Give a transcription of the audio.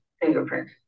fingerprint